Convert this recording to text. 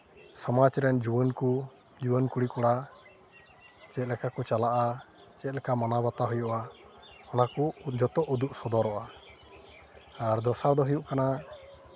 ᱥᱚᱢᱟᱡᱽ ᱨᱮᱱ ᱡᱩᱣᱟᱹᱱ ᱠᱚ ᱡᱩᱣᱟᱹᱱ ᱠᱩᱲᱤᱼᱠᱚᱲᱟ ᱪᱮᱫ ᱞᱮᱠᱟ ᱠᱚ ᱪᱟᱞᱟᱜᱼᱟ ᱪᱮᱫ ᱞᱮᱠᱟ ᱢᱟᱱᱟᱣ ᱵᱟᱛᱟᱣ ᱦᱩᱭᱩᱜᱼᱟ ᱚᱱᱟᱠᱚ ᱡᱚᱛᱚ ᱩᱫᱩᱜ ᱥᱚᱫᱚᱨᱚᱜᱼᱟ ᱟᱨ ᱫᱚᱥᱟᱨ ᱫᱚ ᱦᱩᱭᱩᱜ ᱠᱟᱱᱟ